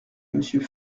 monsieur